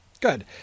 Good